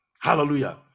Hallelujah